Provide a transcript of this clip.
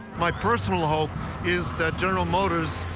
my personal hope is that general motors,